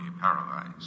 paralyzed